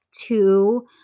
two